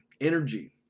energy